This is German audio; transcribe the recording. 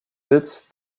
sitz